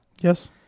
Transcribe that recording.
Yes